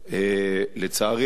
לצערי הרב,